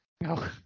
no